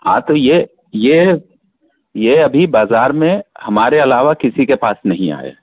हाँ तो यह ये ये ये अभी बाजार में हमारे अलावा किसी के पास नहीं आए